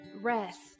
rest